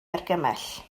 argymell